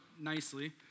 nicely